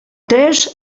tres